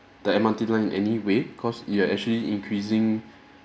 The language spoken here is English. the M_R_T line in any way cause you are actually increasing